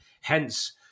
hence